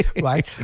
right